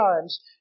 times